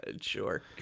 Sure